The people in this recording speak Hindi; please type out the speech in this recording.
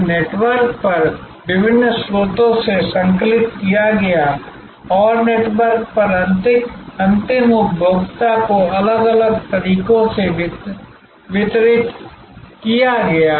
एक नेटवर्क पर विभिन्न स्रोतों से संकलित किया गया और नेटवर्क पर अंतिम उपभोक्ता को अलग अलग तरीकों से वितरित किया गया